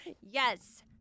Yes